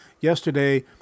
Yesterday